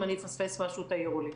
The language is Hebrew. אם אני אפספס משהו תעירו לי.